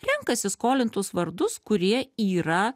renkasi skolintus vardus kurie yra